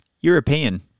European